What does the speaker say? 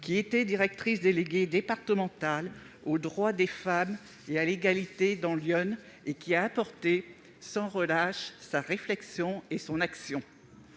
qui était directrice déléguée départementale aux droits des femmes et à l'égalité dans l'Yonne et qui a apporté sans relâche sa réflexion et son action.